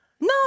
No